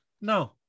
no